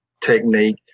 technique